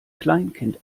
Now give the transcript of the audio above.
kleinkind